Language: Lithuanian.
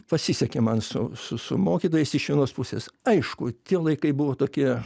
pasisekė man su su su mokytojais iš vienos pusės aišku tie laikai buvo tokie